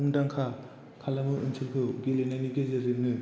मुंदांखा खालामो ओनसोलखौ गेलेनायनि गेजेरजोंनो